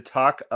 talk